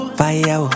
fire